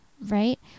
right